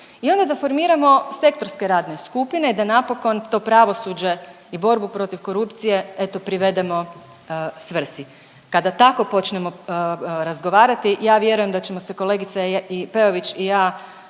i onda da formiramo sektorske radne skupine, da napokon to pravosuđe i borbu protiv korupcije eto privedemo svrsi. Kada tako počnemo razgovarati ja vjerujem da ćemo se kolegica Peović i ja